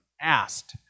asked